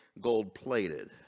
gold-plated